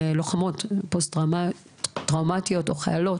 לוחמות פוסט טראומטיות או חיילות.